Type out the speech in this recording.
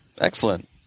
Excellent